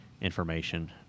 information